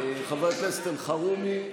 חבר הכנסת אלחרומי,